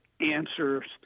answers